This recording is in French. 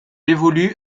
évolue